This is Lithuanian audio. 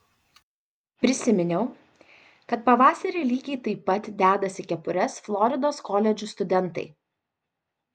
prisiminiau kad pavasarį lygiai taip pat dedasi kepures floridos koledžų studentai